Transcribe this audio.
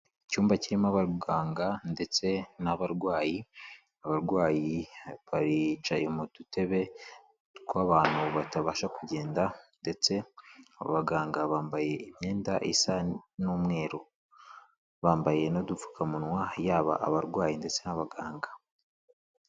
Icyumba kirimo abaganga ndetse n'abarwayi, abarwayi baricaye mu dutebe tw'abantu batabasha kugenda ndetse abo baganga bambaye imyenda isa n'umweru, bambaye n'udupfukamunwa yaba abarwayi ndetse n'abaganga.